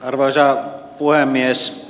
arvoisa puhemies